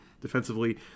defensively